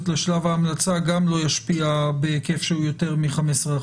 לשלב ההמלצה גם לא ישפיע בהיקף שהוא יותר מ-15%,